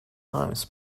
times